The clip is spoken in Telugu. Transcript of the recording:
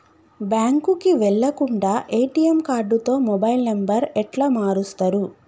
బ్యాంకుకి వెళ్లకుండా ఎ.టి.ఎమ్ కార్డుతో మొబైల్ నంబర్ ఎట్ల మారుస్తరు?